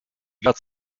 gehört